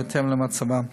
בהתאם למצבם.